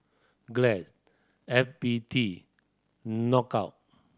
Glad F B T Knockout